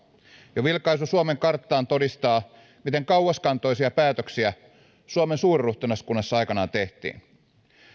jo vilkaisu suomen karttaan todistaa miten kauaskantoisia päätöksiä suomen suurruhtinaskunnassa aikanaan tehtiin